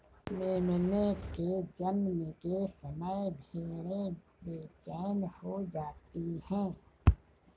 मेमने के जन्म के समय भेड़ें बेचैन हो जाती हैं